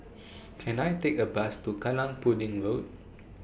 Can I Take A Bus to Kallang Pudding Road